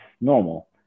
normal